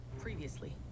previously